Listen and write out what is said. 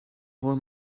whole